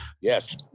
Yes